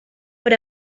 per